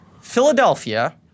Philadelphia—